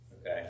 okay